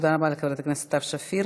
תודה רבה לחברת הכנסת סתיו שפיר.